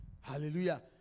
Hallelujah